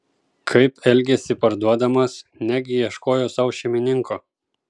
kaip elgėsi parduodamas negi ieškojo sau šeimininko